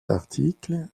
article